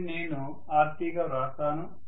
దీనిని నేను Rc గా వ్రాస్తాను